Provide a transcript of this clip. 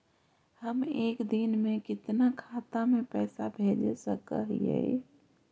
हम एक दिन में कितना खाता में पैसा भेज सक हिय?